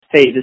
Hey